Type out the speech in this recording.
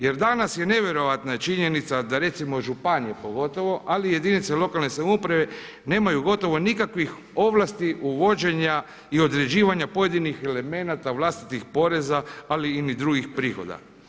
Jer danas je nevjerojatna činjenica da recimo županije pogotovo ali i jedinice lokalne samouprave nemaju gotovo nikakvih ovlasti uvođenja i određivanja pojedinih elemenata vlastitih poreza ali ni drugih prihoda.